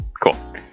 Cool